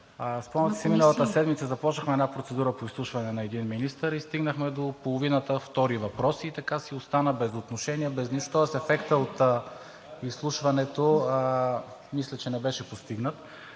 Спомняте си, миналата седмица започнахме процедура по изслушване на един министър и стигнахме до половината втори въпроси. И така си остана – без отношение, без нищо, тоест ефектът от изслушването мисля, че не беше постигнат.